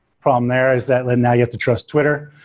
problem there is that now you have to trust twitter.